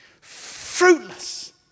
fruitless